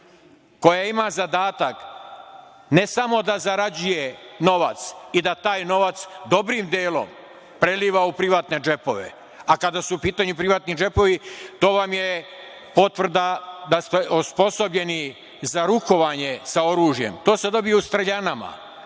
koja ima zadatak, ne samo da zarađuje novac i da taj novac dobrim delom preliva u privatne džepove, a kada su u pitanju privatni džepovi, to vam je potvrda da ste osposobljeni za rukovanje sa oružjem. To se dobija u streljanama.U